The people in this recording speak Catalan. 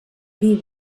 dir